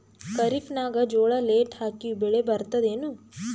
ಖರೀಫ್ ನಾಗ ಜೋಳ ಲೇಟ್ ಹಾಕಿವ ಬೆಳೆ ಬರತದ ಏನು?